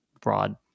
broad